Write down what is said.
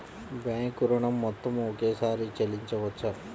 Bank ఋణం మొత్తము ఒకేసారి చెల్లించవచ్చా?